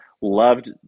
loved